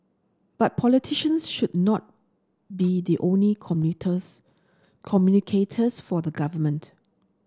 but politicians should not be the only commuters communicators for the government